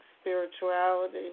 spirituality